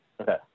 Okay